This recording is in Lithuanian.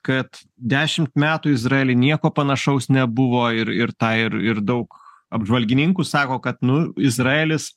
kad dešimt metų izraely nieko panašaus nebuvo ir ir tą ir ir daug apžvalgininkų sako kad nu izraelis